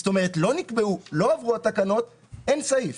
זאת אומרת, לא עברו התקנות, אין סעיף.